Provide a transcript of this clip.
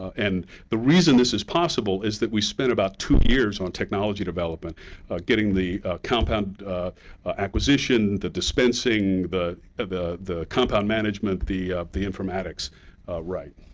and the reason this is possible is that we spent about two years on technology development getting the compound acquisition, the dispensing, the ah the compound management, the the informatics right.